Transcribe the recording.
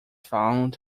found